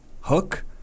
hook